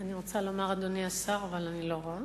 אני רוצה לומר אדוני השר, אבל אני לא רואה.